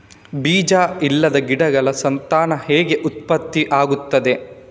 ಬೀಜ ಇಲ್ಲದ ಗಿಡಗಳ ಸಂತಾನ ಹೇಗೆ ಉತ್ಪತ್ತಿ ಆಗುತ್ತದೆ?